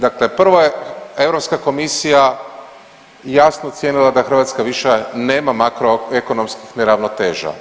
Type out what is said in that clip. Dakle, prvo je Europska komisija jasno ocijenila da Hrvatska više nema makro ekonomskih neravnoteža.